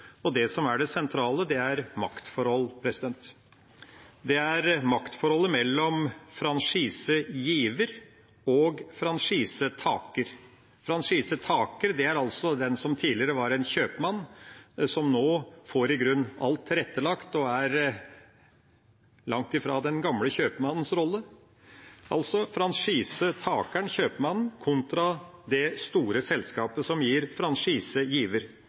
og det som er det sentrale, er maktforhold. Det er maktforholdet mellom franchisegiver og franchisetaker. Franchisetaker er altså den som tidligere var en kjøpmann, og som nå i grunnen får alt tilrettelagt – langt ifra den gamle kjøpmannens rolle. Altså: Det er franchisetakeren – kjøpmannen – kontra det store selskapet som